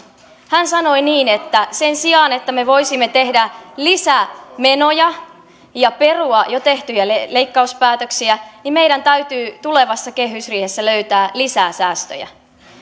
hän sanoi niin että sen sijaan että me voisimme tehdä lisämenoja ja perua jo tehtyjä leikkauspäätöksiä meidän täytyy tulevassa kehysriihessä löytää lisää säästöjä